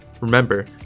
Remember